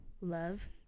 Love